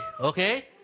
okay